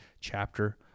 chapter